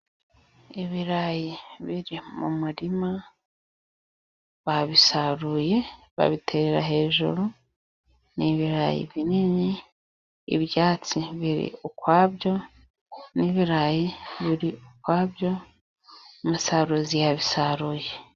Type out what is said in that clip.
Ibirayi biri mu murima, babisaruye babiterera hejuru, ni ibirayi binini, ibyatsi biri ukwabyo n'ibirayi biri ukwabyo. Umusaruzi yabisaruye